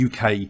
UK